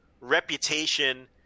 reputation